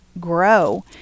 grow